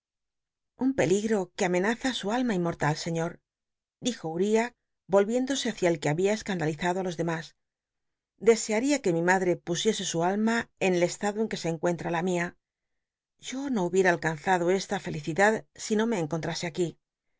un peligro que amenaza su alma inmortal scíior dijo utiah volviéndose hücia el que hahia escandalizado ti los demas dcsea ria que mi mad te pusiese su alma en el estado en que se encuen tra la rnia yo no hubiera alcanzado esta felicidad si no me cnconlnttie aquí